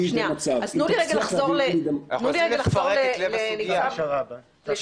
אז תנו לי רגע לחזור לשרעבי,